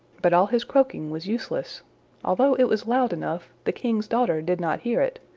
but all his croaking was useless although it was loud enough, the king's daughter did not hear it,